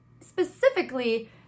Specifically